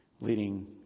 leading